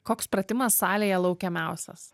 koks pratimas salėje laukiamiausias